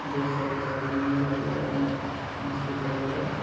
दोस्त सबके साथ घुमि जाय ले ओइमे मस्ती करै ले